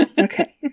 Okay